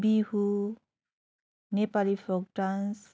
Bihu Nepali folk dance